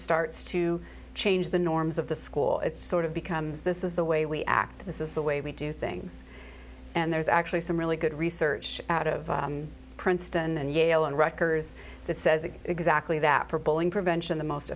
starts to change the norms of the school it's sort of becomes this is the way we act this is the way we do things and there's actually some really good research out of princeton and yale and wreckers that says exactly that for bowling prevention the most